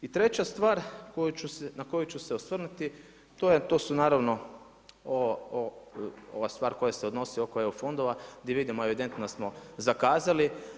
I treća stvar na koju ću se osvrnuti to su naravno, ova stvar koja se odnosi oko EU fondova gdje vidimo evidentno da smo zakazali.